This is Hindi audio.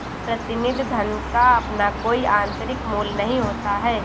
प्रतिनिधि धन का अपना कोई आतंरिक मूल्य नहीं होता है